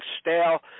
stale